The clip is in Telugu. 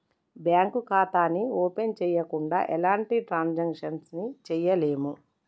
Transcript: బ్యేంకు ఖాతాని ఓపెన్ చెయ్యకుండా ఎలాంటి ట్రాన్సాక్షన్స్ ని చెయ్యలేము